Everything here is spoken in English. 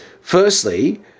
firstly